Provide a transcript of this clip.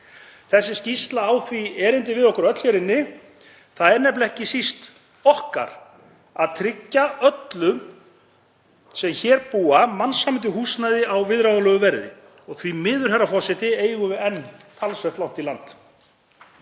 Þessi skýrsla á því erindi við okkur öll hér inni. Það er nefnilega ekki síst okkar að tryggja öllum sem hér búa mannsæmandi húsnæði á viðráðanlegu verði og því miður, herra forseti, eigum við enn talsvert langt í land.